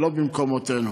לא במקומותינו.